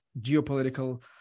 geopolitical